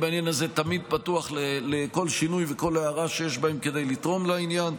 בעניין הזה אני תמיד פתוח לכל שינוי וכל הערה שיש בהם כדי לתרום לעניין.